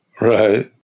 Right